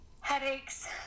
headaches